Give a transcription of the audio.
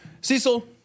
Cecil